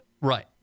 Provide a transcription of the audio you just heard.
Right